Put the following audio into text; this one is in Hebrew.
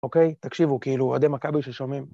אוקיי? תקשיבו, כאילו, אוהדי מכבי ששומעים...